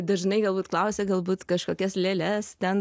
dažnai galbūt klausia galbūt kažkokias lėles ten